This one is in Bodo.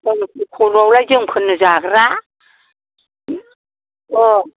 बैरभखन्दआवलाय जोंफोरनो जाग्रा अह